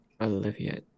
Olivia